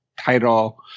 title